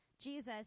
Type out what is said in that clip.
Jesus